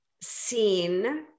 seen